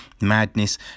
madness